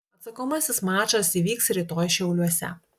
atsakomasis mačas įvyks rytoj šiauliuose